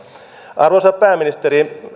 arvoisa pääministeri